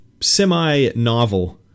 semi-novel